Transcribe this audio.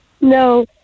No